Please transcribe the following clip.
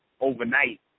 overnight